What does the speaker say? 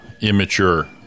immature